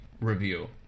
review